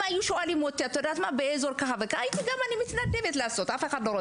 אם היו שואלים אותי אולי הייתי מתנדבת לעשות זאת.